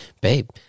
babe